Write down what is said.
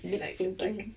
lip syncing